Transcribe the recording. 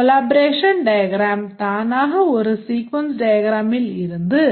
collaboration diagram தானாக ஒரு sequence diagramமில் இருந்து